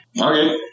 Okay